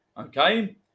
okay